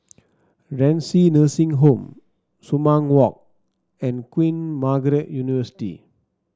Renci Nursing Home Sumang Walk and Queen Margaret University